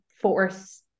force